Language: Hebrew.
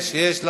יש, יש.